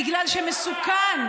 בגלל שמסוכן,